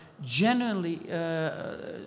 genuinely